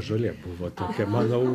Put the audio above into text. žolė buvo tokia manau